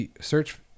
search